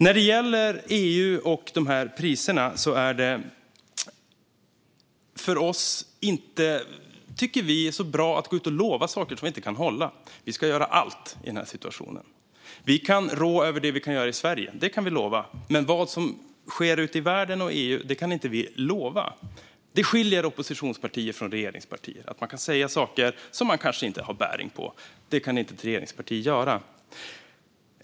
När det gäller EU och priser är det inte så bra, tycker vi, att gå ut och lova saker som man inte kan hålla. Vi ska göra allt i den här situationen. Vi kan råda över det vi kan göra i Sverige. Det kan vi lova. Men vad som sker ute i världen och i EU, det kan vi inte lova. Det skiljer oppositionspartier från regeringspartier. Oppositionspartier kan säga saker som de kanske inte har täckning för. Det kan inte ett regeringsparti göra.